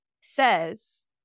says